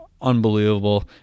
unbelievable